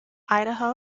idaho